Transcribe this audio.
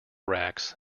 racks